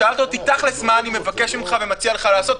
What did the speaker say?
שאלת אותי תכלס מה אני מבקש ממך ומציע לך לעשות,